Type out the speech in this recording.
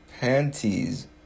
panties